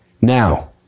Now